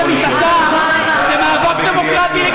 לא, אתה לא יכול לשאול אותה.